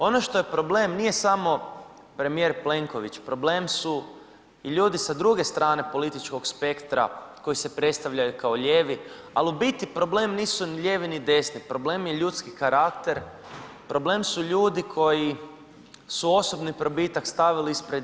Ono što je problem nije samo premijer Plenković, problem su i ljudi sa druge strane političkog spektra koji se predstavljaju kao lijevi, al u biti problem nisu ni lijevi ni desni, problem je ljudski karakter, problem su ljudi koji su osobni probitak stavili ispred